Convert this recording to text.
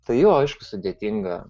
ta jo aišku sudėtinga